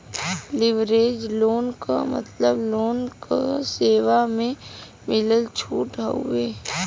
leverage loan क मतलब loan क सेवा म मिलल छूट हउवे